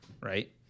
right